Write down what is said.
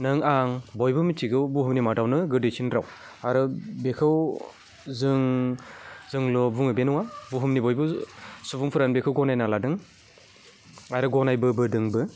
नों आं बयबो मिथिगौ बुहुमनि मादावनो गोदैसिन राव आरो बेखौ जों जोंल' बुङो बे नङा बुहुमनि बयबो सुबुंफोरानो बेखौ गनायना लादों आरो गनायबोदोंबो